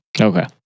Okay